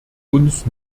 uns